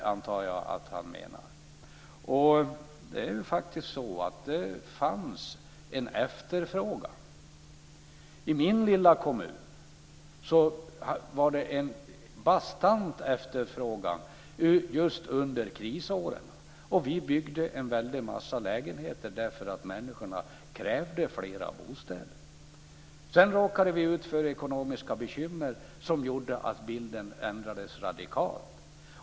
Jag antar att det är vad han menar. Det fanns en efterfrågan. I min lilla kommun var det en bastant efterfrågan under krisåren. Vi lät bygga en massa lägenheter därför att människorna krävde fler bostäder. Sedan råkade vi ut för ekonomiska bekymmer som gjorde att bilden ändrades radikalt.